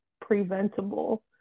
preventable